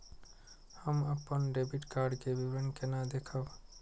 हम अपन debit card के विवरण केना देखब?